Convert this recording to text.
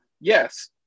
yes